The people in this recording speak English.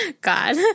God